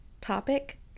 topic